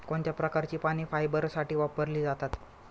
कोणत्या प्रकारची पाने फायबरसाठी वापरली जातात?